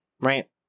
Right